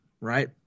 right